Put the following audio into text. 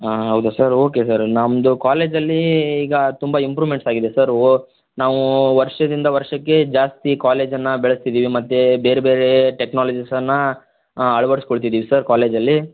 ಹಾಂ ಹೌದಾ sir okay sir ನಮ್ಮದು ಕಾಲೇಜಲ್ಲಿ ಈಗ ತುಂಬ ಇಂಪ್ರೂವ್ಮೆಂಟ್ಸಾಗಿದೆ ಸರ್ ವೊ ನಾವು ವರ್ಷದಿಂದ ವರ್ಷಕ್ಕೆ ಜಾಸ್ತಿ ಕಾಲೇಜನ್ನು ಬೆಳೆಸ್ತಿದಿವಿ ಮತ್ತು ಬೇರೆ ಬೇರೆ ಟೆಕ್ನಾಲಜೀಸನ್ನು ಅಳ್ವಡಿಸ್ಕೊಳ್ತಿದೀವಿ ಸರ್ ಕಾಲೇಜಲ್ಲಿ